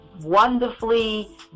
wonderfully